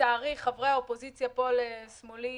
לצערי חברי האופוזיציה שיושבים לשמאלי